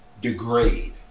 degrade